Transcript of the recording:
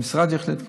המשרד יחליט,